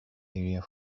area